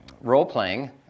role-playing